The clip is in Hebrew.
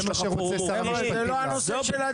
יש לך --- זה מה שרוצה שר המשפטים לעשות.